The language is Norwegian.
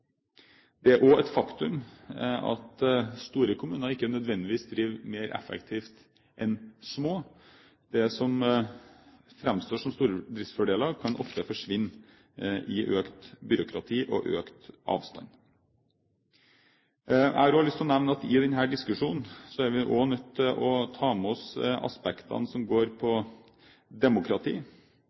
Det er også et faktum at store kommuner ikke nødvendigvis driver mer effektivt enn små. Det som framstår som stordriftsfordeler, kan ofte forsvinne i økt byråkrati og økt avstand. Jeg har også lyst til å nevne at vi i denne diskusjonen også er nødt til å ta med oss aspektene som går på demokrati,